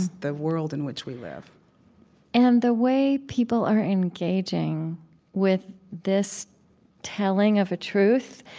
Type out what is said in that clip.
the world in which we live and the way people are engaging with this telling of a truth,